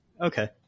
Okay